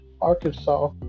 Arkansas